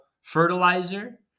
fertilizer